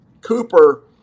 Cooper